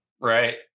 right